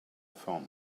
found